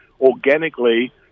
organically